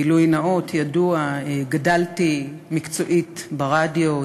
גילוי נאות ידוע: גדלתי מקצועית ברדיו.